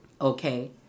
Okay